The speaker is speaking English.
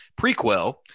prequel